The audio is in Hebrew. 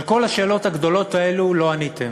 על כל השאלות הגדולות האלו לא עניתם.